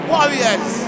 Warriors